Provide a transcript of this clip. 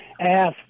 asked